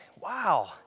Wow